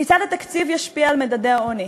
כיצד התקציב ישפיע על מדדי העוני?